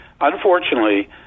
unfortunately